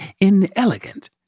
inelegant